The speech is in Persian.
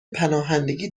پناهندگی